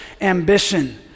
ambition